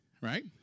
right